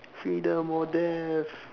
freedom or death